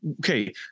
Okay